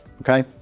okay